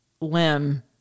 limb